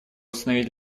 установить